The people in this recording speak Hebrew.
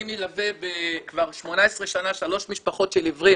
אני מלווה כבר 18 שנה שלוש משפחות של עיוורים,